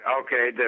Okay